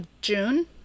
june